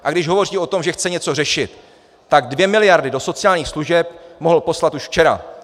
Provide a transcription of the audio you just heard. A když hovoří o tom, že chce něco řešit, tak dvě miliardy do sociálních služeb mohl poslat už včera!